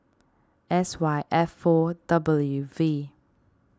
S Y F four W V